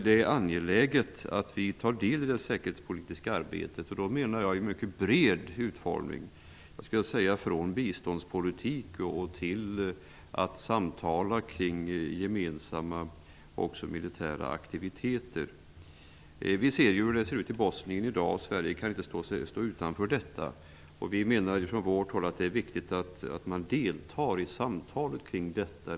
Det är angeläget att vi tar del i det säkerhetspolitiska arbetet. Då avser jag en mycket bred utformning -- det gäller allt från biståndspolitik till samtal kring gemensamma militära aktiviteter. Vi ser hur det är i Bosnien i dag. Sverige kan inte stå utanför här. Vi från vårt håll menar att det är viktigt att delta i samtalen kring detta.